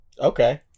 Okay